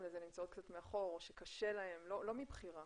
לזה נמצאות קצת מאחור - שקשה להן לא מבחירה,